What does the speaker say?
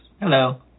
Hello